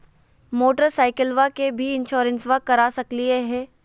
मोटरसाइकिलबा के भी इंसोरेंसबा करा सकलीय है?